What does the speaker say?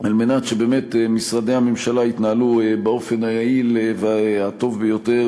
על מנת שבאמת משרדי הממשלה יתנהלו באופן היעיל והטוב ביותר,